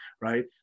right